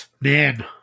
Man